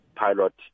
Pilot